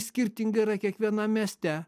skirtinga yra kiekvienam mieste